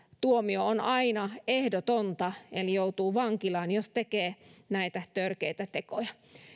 tuomio on aina ehdotonta eli joutuu vankilaan jos tekee näitä törkeitä tekoja